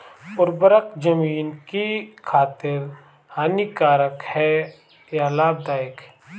उर्वरक ज़मीन की खातिर हानिकारक है या लाभदायक है?